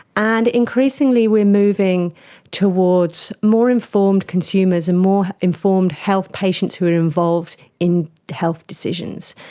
and increasingly we are moving towards more informed consumers and more informed health patients who are involved in health decisions.